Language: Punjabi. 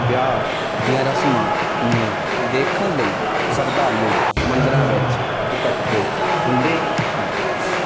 ਵਿਆਹ ਦੀਆਂ ਰਸਮਾਂ ਨੂੰ ਦੇਖਣ ਲਈ ਸ਼ਰਧਾਲੂ ਮੰਦਰਾਂ ਵਿੱਚ ਇਕੱਠੇ ਹੁੰਦੇ ਹਨ